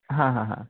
हां हां हां